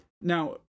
Now